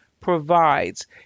provides